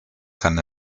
kann